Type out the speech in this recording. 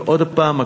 ועוד הפעם,